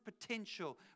potential